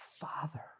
father